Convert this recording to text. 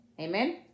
Amen